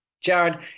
Jared